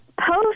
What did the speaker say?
post